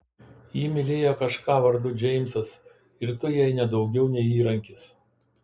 ji mylėjo kažką vardu džeimsas ir tu jai ne daugiau nei įrankis